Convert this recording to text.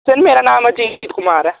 sir मेरा नाम कुमार ऐ